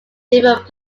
different